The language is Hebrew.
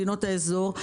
מדינות האזור,